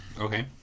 okay